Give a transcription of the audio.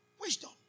Wisdom